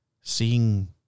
seeing